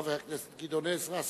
חבר הכנסת גדעון עזרא,